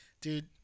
Dude